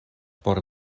por